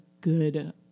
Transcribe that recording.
good